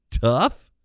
Tough